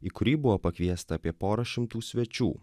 į kurį buvo pakviesta apie porą šimtų svečių